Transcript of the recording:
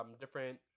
different